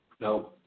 No